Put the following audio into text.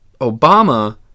obama